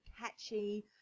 catchy